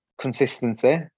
consistency